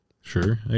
Sure